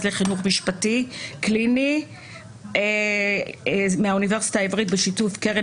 לחינוך משפטי קליני מהאוניברסיטה העברית בשיתוף קרן